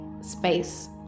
space